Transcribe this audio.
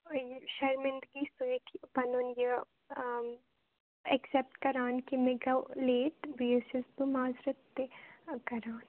یہِ شرمندگی سۭتۍ پَنُن یہِ آں ایٚکسیٚپٹ کَران کہِ مےٚ گوٚو لیٚٹ بییہِ حظ چھس بہٕ معازرت تہِ کَران